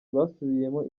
basubiyemo